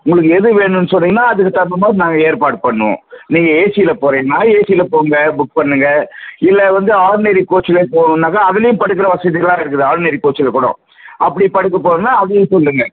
உங்களுக்கு எது வேணுன்னு சொன்னீங்கன்னா அதுக்கு தகுந்த மாதிரி நாங்கள் ஏற்பாடு பண்ணுவோம் நீங்கள் ஏசியில போகறேன்னாலும் ஏசியில போங்க புக் பண்ணுங்கள் இல்லை வந்து ஆட்னரி கோச்சில் போகணுன்னாக்கா அதுலயும் படுக்கிற வசதி எல்லாம் இருக்குது ஆட்னரி கோச்சில் கூட அப்படி படுக்கப் போகறதுன்னா அதையும் சொல்லுங்கள்